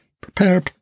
Prepare